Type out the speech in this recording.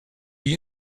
you